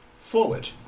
Forward